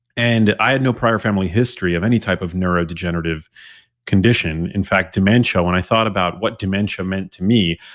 and i had no prior family history of any type of neurodegenerative condition. in fact dementia, when i thought about what dementia meant to me,